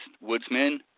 woodsmen